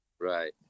Right